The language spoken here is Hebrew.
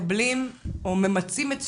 מקבלים או ממצים את זכויותיהם?